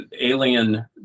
Alien